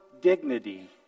dignity